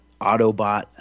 Autobot